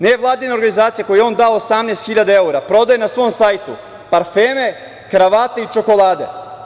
Nevladina organizacija za koju je on dao 18.000 evra prodaje na svom sajtu parfeme, kravate i čokolade.